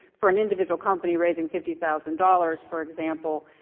for an individual company raising fifty thousand dollars, for example,